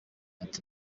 ati